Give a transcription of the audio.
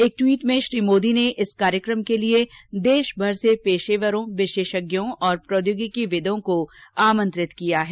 एक ट्वीट में श्री मोदी ने इस कार्यक्रम के लिए देश भर से पेशेवरों विशेषज्ञों और प्रौद्यागिकीविदों को आमंत्रित किया है